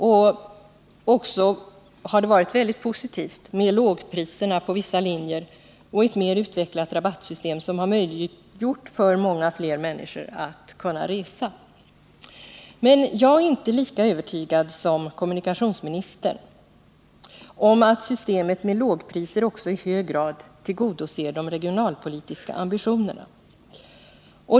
Det har också varit mycket positivt med lågpriserna på vissa linjer och ett mer utvecklat rabattsystem, som har möjliggjort för många fler människor att kunna resa. Men jag är inte lika övertygad som kommunikationsministern om att systemet med lågpriser också i hög grad tillgodoser de regionalpolitiska ambitionerna.